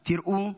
תראו,